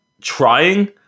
Trying